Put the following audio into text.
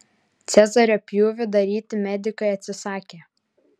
cezario pjūvį daryti medikai atsisakė